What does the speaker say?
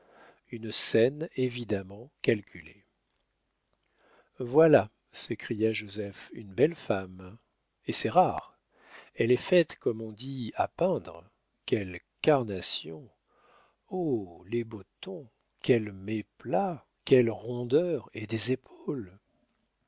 une scène évidemment calculée voilà s'écria joseph une belle femme et c'est rare elle est faite comme on dit à peindre quelle carnation oh les beaux tons quels méplats quelles rondeurs et des épaules